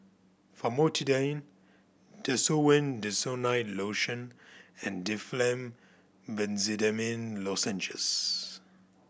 Famotidine Desowen Desonide Lotion and Difflam Benzydamine Lozenges